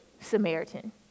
Samaritan